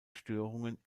störungen